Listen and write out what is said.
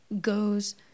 goes